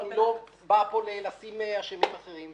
אני לא בא פה להציג אשמים אחרים.